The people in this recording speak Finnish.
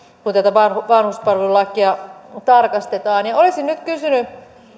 kun tätä vanhuspalvelulakia tarkastetaan olisin nyt kysynyt